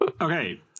Okay